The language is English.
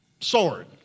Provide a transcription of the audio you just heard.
sword